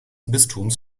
bistums